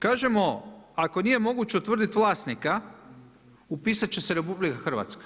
Kažemo, ako nije moguće utvrditi vlasnika, upisati će se RH.